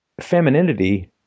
femininity